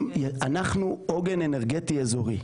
אנחנו עוגן אנרגטי אזורי.